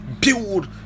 build